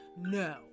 no